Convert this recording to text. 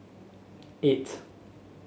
eight